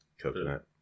coconut